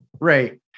Right